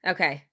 Okay